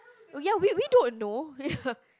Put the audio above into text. oh ya we we don't know yeah